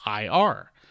IR